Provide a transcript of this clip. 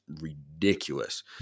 ridiculous